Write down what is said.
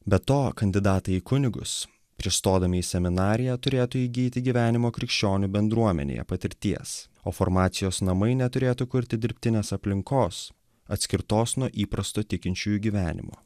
be to kandidatai į kunigus prieš stodami į seminariją turėtų įgyti gyvenimo krikščionių bendruomenėje patirties o formacijos namai neturėtų kurti dirbtinės aplinkos atskirtos nuo įprasto tikinčiųjų gyvenimo